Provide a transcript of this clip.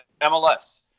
MLS